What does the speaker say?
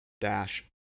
dash